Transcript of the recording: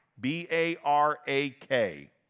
B-A-R-A-K